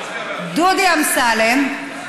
דודי אמסלם,